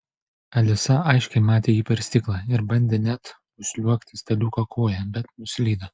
alisa aiškiai matė jį per stiklą ir bandė net užsliuogti staliuko koja bet nuslydo